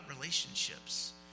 relationships